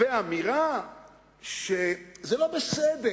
ואמירה שזה לא בסדר